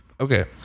Okay